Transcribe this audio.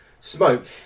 Smoke